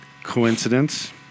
Coincidence